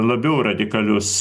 labiau radikalius